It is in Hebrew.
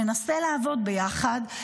ננסה לעבוד ביחד,